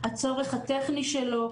הצורך הטכני שלו,